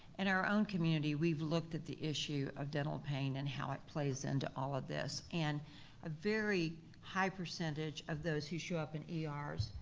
in our own community, we've looked at the issue of dental pain and how it plays into all of this. and a very high percentage of those who show up in ers,